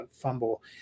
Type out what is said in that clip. fumble